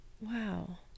Wow